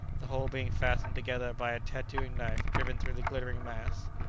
the whole being fastened together by a tattooing-knife driven through the glittering mass.